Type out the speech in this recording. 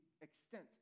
extent